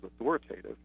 authoritative